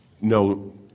no